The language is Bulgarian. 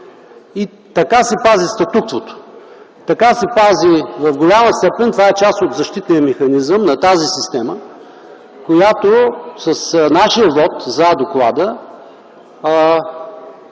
и така се пази статуквото. В голяма степен това е част от защитния механизъм на тази система, която с нашия вот за доклада